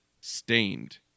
Stained